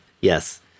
Yes